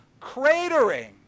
cratering